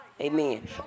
Amen